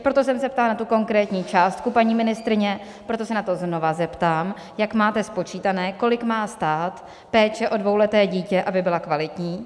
Proto jsem se ptala na tu konkrétní částku paní ministryně, proto se na to znovu zeptám jak máte spočítané, kolik má stát péče o dvouleté dítě, aby byla kvalitní.